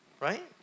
Right